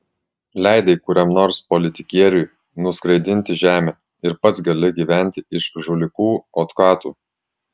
leidai kuriam nors politikieriui nuskraidinti žemę ir pats gali gyventi iš žulikų otkatų